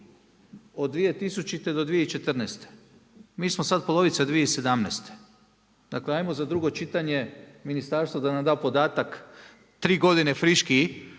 od 2000. do 2014. Mi smo sad polovica 2017. Dakle, hajmo za drugo čitanje ministarstvo da nam da podatak tri godine friški